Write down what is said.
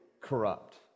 corrupt